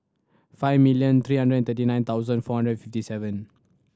five million three hundred and thirty nine thousand four hundred fifty seven